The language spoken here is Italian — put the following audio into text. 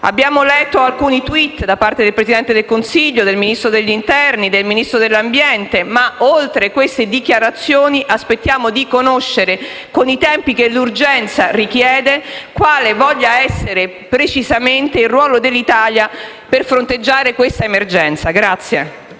Abbiamo letto alcuni *tweet* da parte del Presidente del Consiglio, del Ministro dell'interno e del Ministro dell'ambiente, ma oltre queste dichiarazioni aspettiamo di conoscere, con i tempi che l'urgenza richiede, quale voglia essere precisamente il ruolo dell'Italia per fronteggiare questa emergenza.